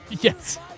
Yes